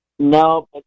No